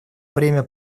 время